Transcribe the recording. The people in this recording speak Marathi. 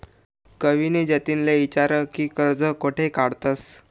कविनी जतिनले ईचारं की कर्ज कोठे काढतंस